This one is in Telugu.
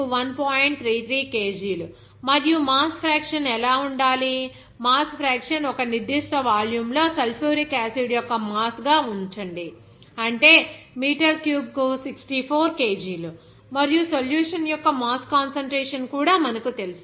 33 kg లు మరియు మాస్ ఫ్రాక్షన్ ఎలా ఉండాలి మాస్ ఫ్రాక్షన్ ఒక నిర్దిష్ట వాల్యూమ్లో సల్ఫ్యూరిక్ యాసిడ్ యొక్క మాస్ గా ఉంచండి అంటే మీటర్ క్యూబ్కు 64 kgలు మరియు సొల్యూషన్ యొక్క మాస్ కాన్సంట్రేషన్ కూడా మనకు తెలుసు